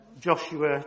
Joshua